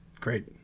Great